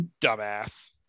dumbass